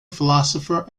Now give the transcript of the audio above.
philosopher